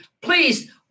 please